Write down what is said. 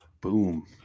Boom